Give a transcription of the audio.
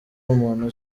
muntu